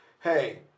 hey